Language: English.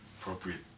appropriate